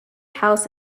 house